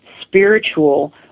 spiritual